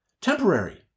temporary